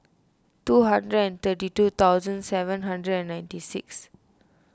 two hundred and thirty two thousand seven hundred and ninety six